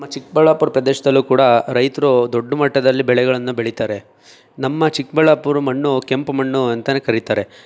ನಮ್ಮ ಚಿಕ್ಕಬಳ್ಳಾಪುರ ಪ್ರದೇಶದಲ್ಲೂ ಕೂಡ ರೈತರು ದೊಡ್ಡ ಮಟ್ಟದಲ್ಲಿ ಬೆಳೆಗಳನ್ನ ಬೆಳೀತಾರೆ ನಮ್ಮ ಚಿಕ್ಕಬಳ್ಳಾಪುರ ಮಣ್ಣು ಕೆಂಪು ಮಣ್ಣು ಅಂತಲೇ ಕರೀತಾರೆ